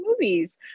movies